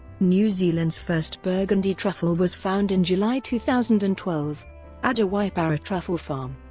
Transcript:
new zealand's first burgundy truffle was found in july two thousand and twelve at a waipara truffle farm.